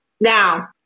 now